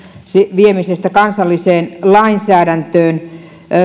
viemisestä kansalliseen lainsäädäntöön